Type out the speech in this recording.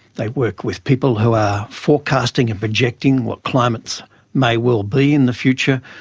they work with people who are forecasting and projecting what climates may well be in the future,